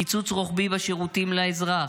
קיצוץ רוחבי בשירותים לאזרח,